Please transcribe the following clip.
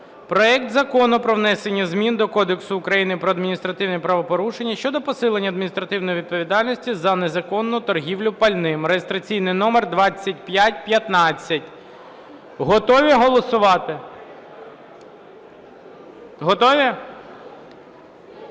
проект Закону про внесення змін до Кодексу України про адміністративні правопорушення щодо посилення адміністративної відповідальності за незаконну торгівлю пальним (реєстраційний номер 2515). Даний законопроект